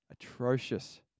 atrocious